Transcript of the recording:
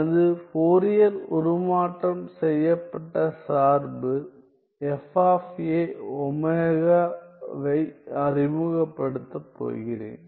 எனது ஃபோரியர் உருமாற்றம் செய்யப்பட்ட சார்பு வை அறிமுகப்படுத்தப் போகிறேன்